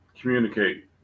communicate